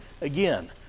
again